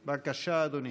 בבקשה, אדוני.